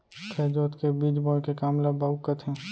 खेत जोत के बीज बोए के काम ल बाउक कथें